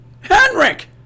Henrik